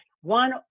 one